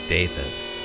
Davis